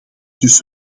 dus